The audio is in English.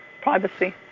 privacy